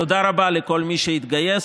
תודה רבה לכל מי שהתגייס.